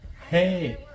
Hey